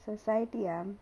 society ah